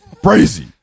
Crazy